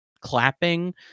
clapping